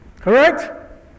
Correct